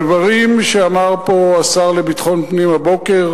הדברים שאמר פה שר לביטחון הפנים בבוקר